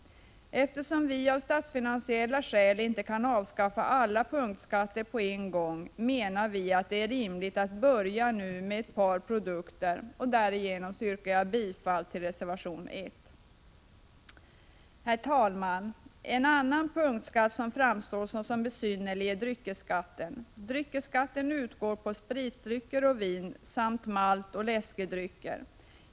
Eftersom vi av statsfinansiella skäl inte kan avskaffa alla punktskatter på en gång, menar vi att det är rimligt att börja nu med ett par produkter, och därför yrkar jag bifall till reservation 1. Herr talman! En annan punktskatt som framstår som besynnerlig är dryckesskatten. Dryckesskatt utgår på spritdrycker och vin samt maltoch läskedrycker.